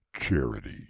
Charity